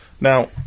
Now